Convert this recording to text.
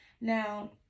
Now